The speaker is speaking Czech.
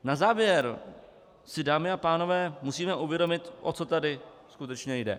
Na závěr si, dámy a pánové, musíme uvědomit, o co tady skutečně jde.